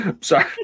Sorry